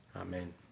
Amen